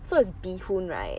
so it's bee hoon right